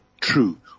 true